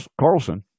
Carlson